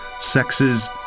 sexes